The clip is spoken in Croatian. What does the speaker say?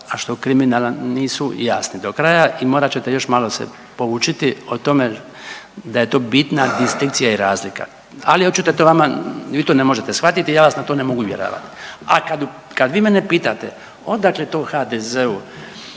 a što kriminalan nisu jasni do kraja i morat ćete se još malo se poučiti o tome da je to bitna distinkcija i razlika. Ali očito je to vama, vi to ne možete shvatiti i ja vas na to ne mogu uvjeravati. A kad vi mene pitate odakle to HDZ-u